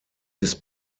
ist